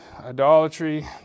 Idolatry